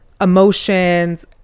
emotions